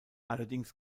allerdings